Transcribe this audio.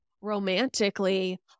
romantically